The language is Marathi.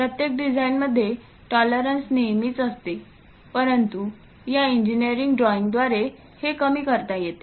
प्रत्येक डिझाइनमध्ये टॉलरन्स नेहमीच असते परंतु या इंजिनिअरिंग ड्रॉइंगद्वारे हे कमी करता येते